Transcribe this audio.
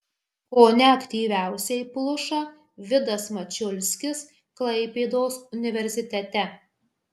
kone aktyviausiai pluša vidas mačiulskis klaipėdos universitete